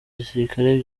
gisirikare